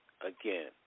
Again